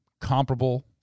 comparable